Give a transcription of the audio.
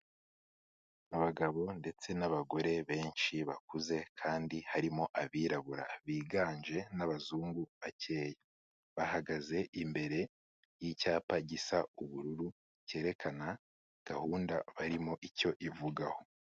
Abagabo ndetse n'abagore benshi bakuze kandi harimo abirabura biganje, n'abazungu bakeya, bahagaze imbere y'icyapa gisa ubururu cyerekana gahunda barimo icyo ivugaho.